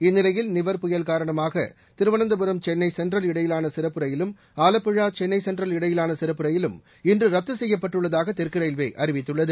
இந்நிலையில் நிவர் புயல் காரணமாக திருவனந்தபுரம் சென்னை சென்ட்ரல் இடையிலான சிறப்பு ரயிலும் ஆலப்புழா சென்னை சென்ட்ரல் இடையிலான சிறப்பு ரயிலும் இன்று ரத்து செய்யப்பட்டுள்ளதாக தெற்கு ரயில்வே அறிவித்துள்ளது